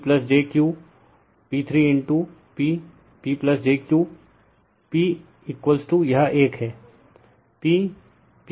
तो 3 P pj Qp3 P pjQp यह एक हैं